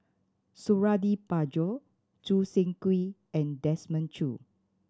Suradi Parjo Choo Seng Quee and Desmond Choo